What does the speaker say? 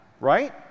Right